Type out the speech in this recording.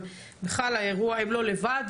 אבל בכלל האירוע הם לא לבד,